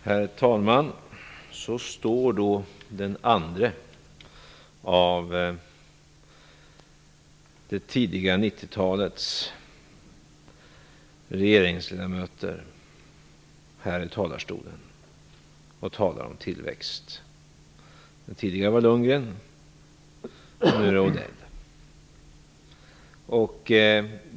Herr talman! Så står då en annan av det tidiga 90 talets regeringsledamöter här i talarstolen och talar om tillväxt. Den tidigare var Bo Lundgren.